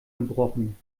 gebrochen